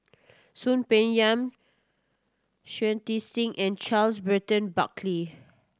Soon Peng Yam Shui Tit Sing and Charles Burton Buckley